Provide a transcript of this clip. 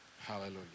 Hallelujah